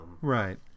Right